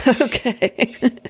Okay